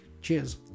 cheers